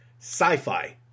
sci-fi